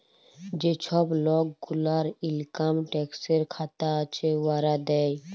যে ছব লক গুলার ইলকাম ট্যাক্সের খাতা আছে, উয়ারা দেয়